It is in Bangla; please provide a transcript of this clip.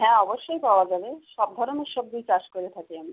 হ্যাঁ অবশ্যই পাওয়া যাবে সব ধরনের সবজিই চাষ করে থাকি আমি